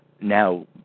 Now